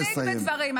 להפליג בדברים.